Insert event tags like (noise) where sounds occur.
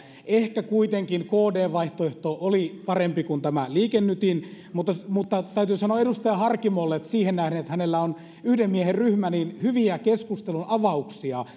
ehkä kuitenkin kdn vaihtoehto oli parempi kuin tämä liike nytin mutta mutta täytyy sanoa edustaja harkimolle että siihen nähden että hänellä on yhden miehen ryhmä on hyviä keskustelunavauksia (unintelligible)